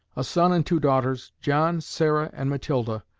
a son and two daughters, john, sarah, and matilda,